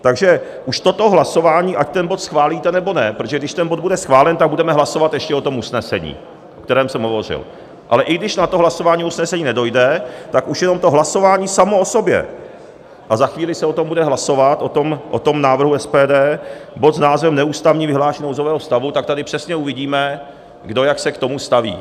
Takže už toto hlasování, ať ten bod schválíte, nebo ne, protože když ten bod bude schválen, tak budeme hlasovat ještě o tom usnesení, o kterém jsem hovořil, ale i když na to hlasování usnesení nedojde, tak už jenom to hlasování samo o sobě, a za chvíli se o tom bude hlasovat, o tom návrhu SPD, bod s názvem Neústavní vyhlášení nouzového stavu, tak tady přesně uvidíme, kdo jak se k tomu staví.